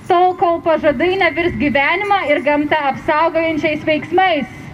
tol kol pažadai nevirs gyvenimą ir gamtą apsaugančiais veiksmais